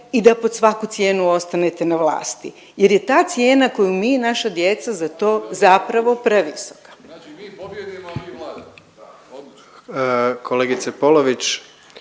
i da pod svaku cijenu ostanete na vlasti jer je ta cijena, koju mi i naša djeca za to zapravo, previsoka. .../Upadica se ne čuje./... **Jandroković,